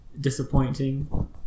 disappointing